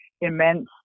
immense